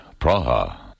Praha